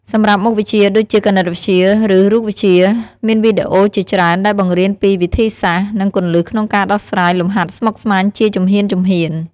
សម្រាប់មុខវិជ្ជាដូចជាគណិតវិទ្យា ឬរូបវិទ្យា មានវីដេអូជាច្រើនដែលបង្រៀនពីវិធីសាស្ត្រ និងគន្លឹះក្នុងការដោះស្រាយលំហាត់ស្មុគស្មាញជាជំហានៗ។